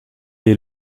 est